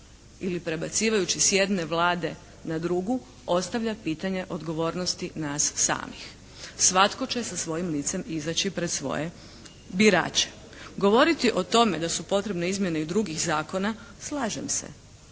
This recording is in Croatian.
ili prebacivajući s jedne Vlade na drugu, ostavlja pitanje odgovornosti nas samih. Svatko će sa svojim licem izaći pred svoje birače. Govoriti o tome da su potrebne izmjene i drugih zakona, slažem se.